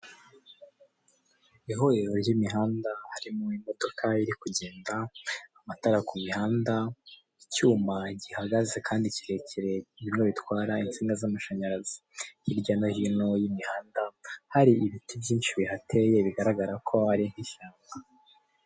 Ihuriro ry'imihanda harimo imodoka iri kugenda, amatara ku mihanda, icyuma gihagaze kandi kirekire bimwe bitwara insinga z'amashanyarazi, hirya no hino y'imihanda hari ibiti byinshi bihateye bigaragara ko ari nk'ishyamba.